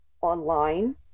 Online